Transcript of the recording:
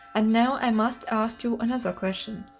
and now i must ask you another question,